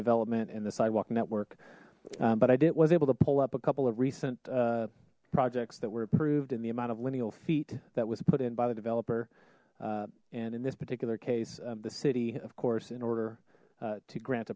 development and the sidewalk network but i did was able to pull up a couple of recent projects that were approved in the amount of lineal feet that was put in by the developer and in this particular case of the city of course in order to grant